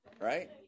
right